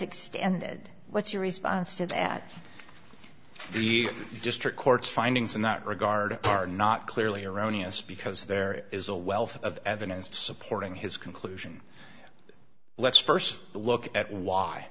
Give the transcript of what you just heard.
extended what's your response to that the district court's findings in that regard are not clearly erroneous because there is a wealth of evidence supporting his conclusion l